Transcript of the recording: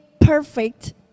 perfect